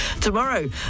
tomorrow